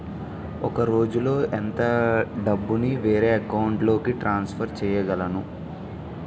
ఒక రోజులో ఎంత డబ్బుని వేరే అకౌంట్ లోకి ట్రాన్సఫర్ చేయగలను?